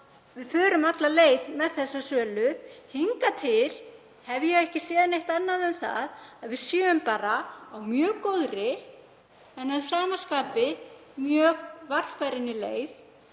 við förum alla leið með þessa sölu. Hingað til hef ég ekki séð neitt annað en að við séum bara á mjög góðri en að sama skapi mjög varfærinni leið.